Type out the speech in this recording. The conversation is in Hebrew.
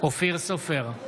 אופיר סופר,